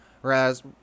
whereas